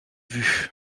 vue